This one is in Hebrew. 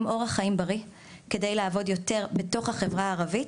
אורח חיים בריא כדי לעבוד יותר בתוך החברה הערבית,